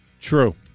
True